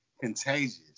contagious